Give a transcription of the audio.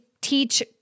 teach